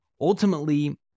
ultimately